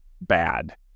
bad